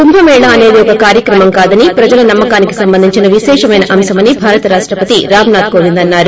కుంభమేళా అసేది ఒక కార్యక్రమం కాదని ప్రజల నమ్మ కానికి సంభందించిన విశేషమైన అంశమని భారత రాష్షపతి రామనాధ్ కోవింద్ అన్నారు